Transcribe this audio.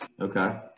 okay